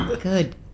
Good